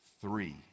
Three